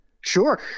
Sure